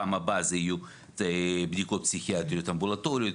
בפעם הבאה אלה יהיו בדיקות פסיכיאטריות אמבולטוריות,